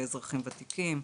לאזרחים ותיקים.